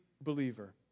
believer